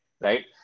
right